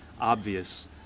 obvious